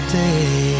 day